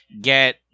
get